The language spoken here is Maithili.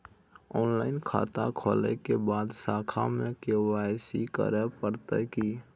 ऑनलाइन खाता खोलै के बाद शाखा में के.वाई.सी करे परतै की?